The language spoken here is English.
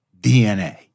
DNA